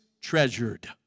treasured